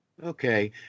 Okay